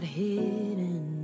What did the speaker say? hidden